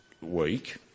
week